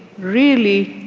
really,